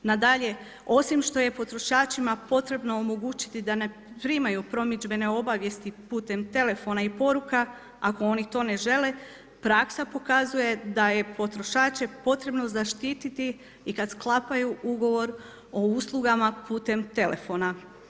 Nadalje, osim što je potrošačima potrebno omogućiti da ne primaju promidžbene obavijesti putem telefona i poruka ako oni to ne žele praksa pokazuje da je potrošače potrebno zaštiti i kad sklapaju ugovor o uslugama putem telefona.